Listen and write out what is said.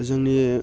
जोंनि